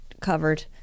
covered